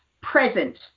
present